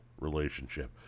relationship